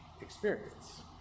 experience